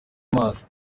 amazi